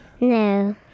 No